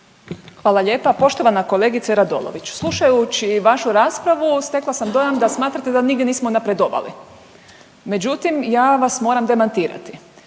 Hvala lijepa. Poštovana kolegice Radolović, slušajući vašu raspravu stekla sam dojam da smatrate da nigdje nismo napredovali. Međutim, ja vas moram demantirati.